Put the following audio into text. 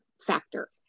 factor